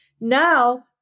Now